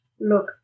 look